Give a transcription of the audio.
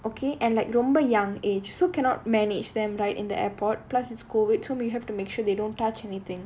okay and like ரொம்ப:romba young age so cannot manage them right in the airport plus it's COVID so we have to make sure they don't touch anything